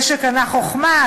זה שקנה חכמה,